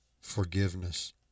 forgiveness